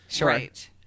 Right